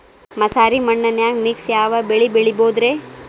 ಮಸಾರಿ ಮಣ್ಣನ್ಯಾಗ ಮಿಕ್ಸ್ ಯಾವ ಬೆಳಿ ಬೆಳಿಬೊದ್ರೇ?